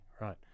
right